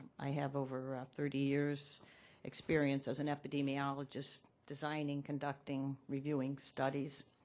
i have over ah thirty years' experience as an epidemiologist designing, conducting reviewing studies.